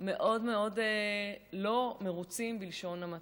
מאוד לא מרוצים, בלשון המעטה?